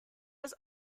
was